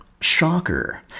shocker